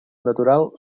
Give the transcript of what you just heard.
natural